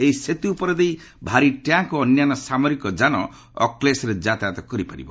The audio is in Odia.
ଏହି ସେତ୍ର ଉପର ଦେଇ ଭାରି ଟ୍ୟାଙ୍କ୍ ଓ ଅନ୍ୟାନ୍ୟ ସାମରିକ ଯାନ ଅକ୍ରେଶରେ ଯାତାୟତ କରିପାରିବ